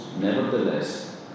Nevertheless